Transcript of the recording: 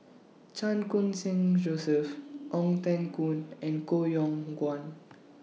Chan Khun Sing Joseph Ong Teng Koon and Koh Yong Guan